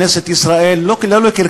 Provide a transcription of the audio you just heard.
אנחנו הופכים את כנסת ישראל לא לקרקס,